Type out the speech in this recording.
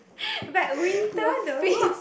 but winter the